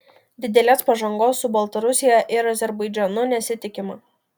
didelės pažangos su baltarusija ir azerbaidžanu nesitikima